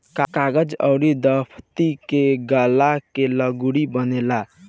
कागज अउर दफ़्ती के गाला के लुगरी बनेला